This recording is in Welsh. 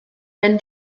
ben